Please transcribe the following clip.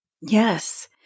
Yes